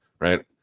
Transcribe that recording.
right